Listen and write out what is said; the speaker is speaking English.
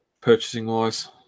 purchasing-wise